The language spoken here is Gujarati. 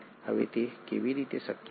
હવે તે કેવી રીતે શક્ય છે